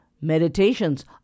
Meditations